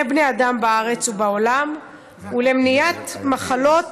בני אדם בארץ ובעולם ולמניעת מחלות,